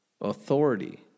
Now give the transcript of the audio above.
authority